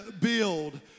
build